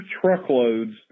truckloads